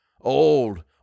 old